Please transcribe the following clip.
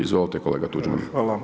Izvolite, kolega Tuđman.